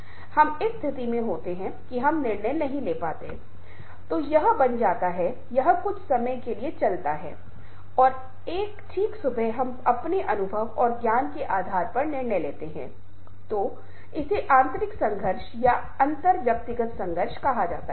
आज हम भविष्य के झटके के फ्रेम वर्क के भीतर रहते हैं और इसका मूल रूप से मतलब यह है कि परिवर्तन बहुत तेजी से होता है और यह एक तेज बदलाव है परिवर्तन जो तेजी से हो रहा है